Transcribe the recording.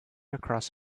across